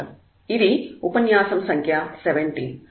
ఇది ఉపన్యాసం సంఖ్య 17